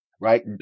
right